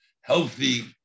healthy